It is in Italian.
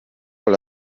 con